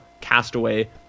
Castaway